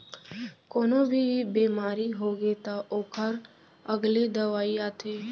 कोनो भी बेमारी होगे त ओखर अलगे दवई आथे